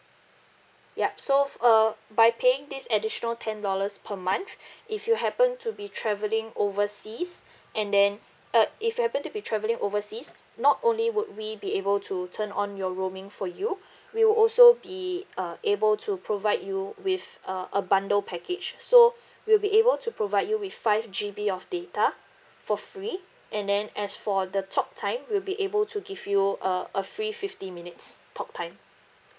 yup so uh by paying this additional ten dollars per month if you happen to be travelling overseas and then uh if you happen to be travelling overseas not only would we be able to turn on your roaming for you we will also be uh able to provide you with a a bundle package so we'll be able to provide you with five G_B of data for free and then as for the talk time we'll be able to give you a a free fifty minutes talk time